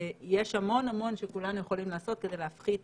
יש המון המון שכולנו יכולים לעשות כדי להפחית